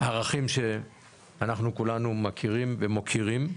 ערכים שאנחנו כולנו מכירים ומוקירים.